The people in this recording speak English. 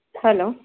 hello